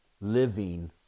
living